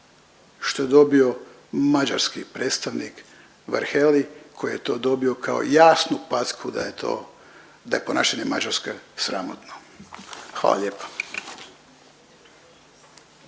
što je dobio mađarski predstavnik Varhelyi koji je to dobio kao jasnu packu da je to, da je ponašanje Mađarske sramotno. Hvala lijepa.